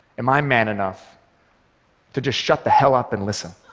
am i man enough to just shut the hell up and listen?